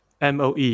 MOE